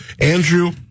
Andrew